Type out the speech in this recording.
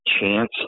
chance